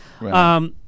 Right